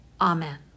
amen